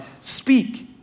Speak